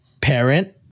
parent